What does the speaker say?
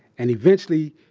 and, eventually,